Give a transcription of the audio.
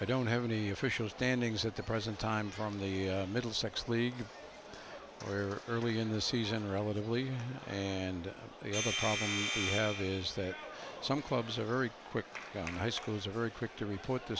i don't have any official standings at the present time from the middlesex league where early in the season relatively and have is that some clubs are very quick down high schools are very quick to report the